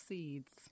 Seeds